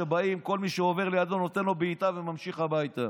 שכל מי שעובר לידו נותן לו בעיטה וממשיך הביתה.